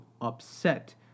upset